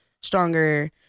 stronger